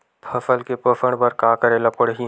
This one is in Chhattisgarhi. फसल के पोषण बर का करेला पढ़ही?